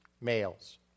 males